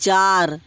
চার